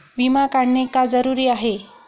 विमा काढणे का जरुरी आहे?